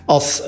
Als